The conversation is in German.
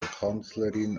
kanzlerin